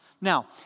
Now